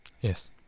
Yes